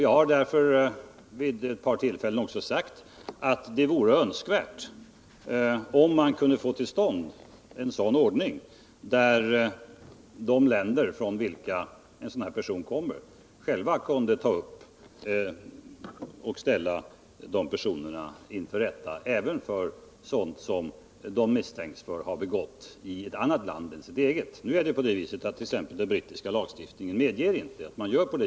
Jag har därför vid ett par tillfällen också sagt att det vore önskvärt om man kunde få till stånd en sådan ordning att det land i vilket en utvisad hör hemma kunde ställa vederbörande inför rätta. Men exempelvis den brittiska lagstiftningen medger inte att någon ställs inför rätta för gärningar som begåtts i annat land.